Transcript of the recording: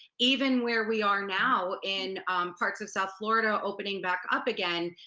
even where we are now in parts of south florida, opening back up again,